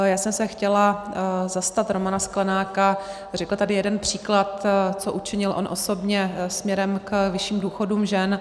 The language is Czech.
Já jsem se chtěla zastat Romana Sklenáka, řekl tady jeden příklad, co učinil on osobně směrem k vyšším důchodům žen.